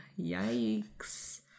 Yikes